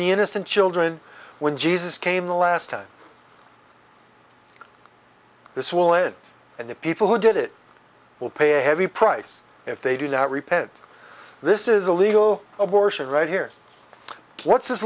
the innocent children when jesus came the last time this will end and the people who did it will pay a heavy price if they do not repent this is a legal abortion right here what's this